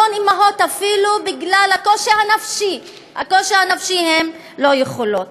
המון אימהות, אפילו בגלל הקושי הנפשי אינן יכולות.